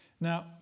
Now